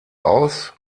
aus